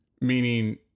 Meaning